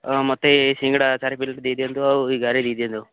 ହାଁ ମୋତେ ସିଙ୍ଗଡ଼ା ଚାରି ପ୍ୟାକେଟ୍ ଦେଇ ଦିଅନ୍ତୁ ଆଉ ଦେଇ ଦିଅନ୍ତୁ